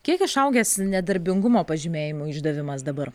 kiek išaugęs nedarbingumo pažymėjimų išdavimas dabar